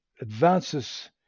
advances